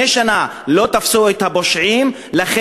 לא תפסו את הפושעים מלפני שנה,